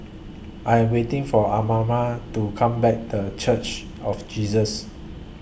I Am waiting For Amara to Come Back The Church of Jesus